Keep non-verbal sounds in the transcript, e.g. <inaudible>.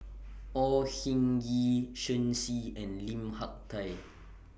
Au Hing Yee Shen Xi and Lim Hak Tai <noise>